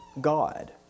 God